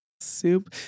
soup